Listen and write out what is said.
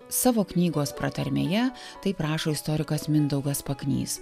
savo knygos pratarmėje taip rašo istorikas mindaugas paknys